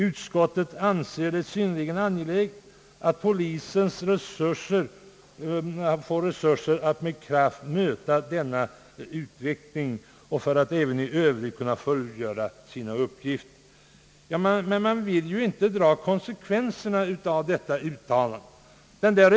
Utskottet anser det synnerligen angeläget att polisen har resurser för att med kraft möta denna utveckling och för att även i övrigt kunna fullgöra sina uppgifter.» Men utskottets majoritet vill ju inte dra konsekvenserna av detta uttalande!